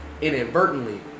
Inadvertently